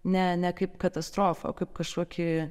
ne ne kaip katastrofą o kaip kažkokį